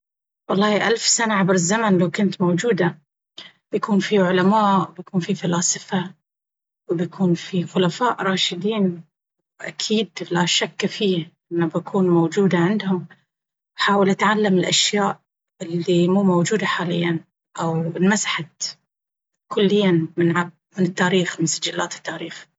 والله ألف سنة عبر الزمن لو كنت موجودة! بيكون فيه علماء وفيه فلاسفة وبيكون فيه خلفاء راشدين وأكيد لاشك فيه إن بكون موجودة عندهم. بحاول أتعلم الأشياء إلي مو موجودة حاليا، وأكتسب علمهم ومهاراتهم وأكتبها أو مثل ما يقولون أأرخها لأن حرام والله في كثير من علمهم ضاع او اختفى أو إنمسح كليا من التاريخ أو من سجلات التاريخ.